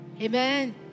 Amen